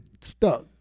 Stuck